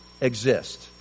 exist